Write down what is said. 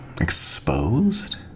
exposed